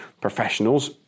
professionals